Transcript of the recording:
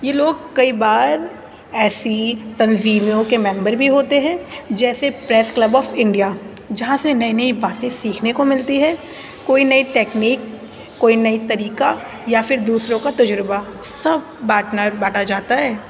یہ لوگ کئی بار ایسی تنظیموں کے ممبر بھی ہوتے ہیں جیسے پریس کلب آف انڈیا جہاں سے نئی نئی باتیں سیکھنے کو ملتی ہے کوئی نئی ٹکنیک کوئی نئی طریقہ یا پھر دوسروں کا تجربہ سب بانٹنر بانٹا جاتا ہے